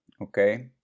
Okay